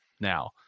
now